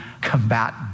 combat